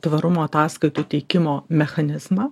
tvarumo ataskaitų teikimo mechanizmą